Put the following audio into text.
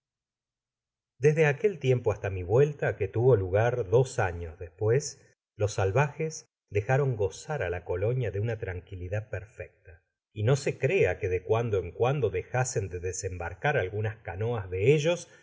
desde aquel tiempo basta mi vuelta que tuvo lugar dos años despues los salvajes dejaron gozar á la colonia de una tranquilidad perfecta y n se crea que de cuando en cuando dejasen de desembarcar algunas canoas de ellos